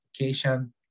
application